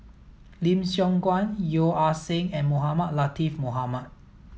Lim Siong Guan Yeo Ah Seng and Mohamed Latiff Mohamed